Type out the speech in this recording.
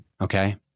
Okay